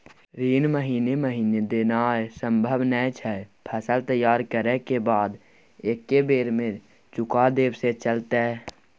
ऋण महीने महीने देनाय सम्भव नय छै, फसल तैयार करै के बाद एक्कै बेर में चुका देब से चलते?